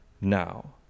now